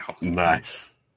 Nice